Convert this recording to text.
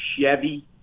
Chevy